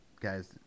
guys